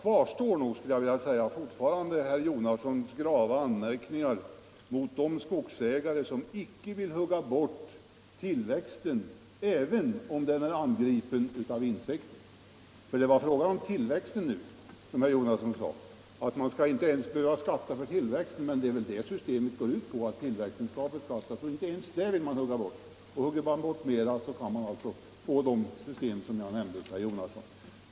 Fortfarande kvarstår herr Jonassons grava anmärkningar mot de skogsägare som inte vill hugga bort tillväxten, även om den är angripen av insekter. För det var ju fråga om tillväxten. Herr Jonasson sade att man inte skulle behöva skatta ens för tillväxten. Men systemet går väl ut på att tillväxten skall beskattas? Hugger man bort mer, kommer vi in på de system som jag tidigare nämnde till herr Jonasson.